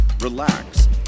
relax